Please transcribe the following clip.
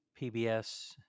PBS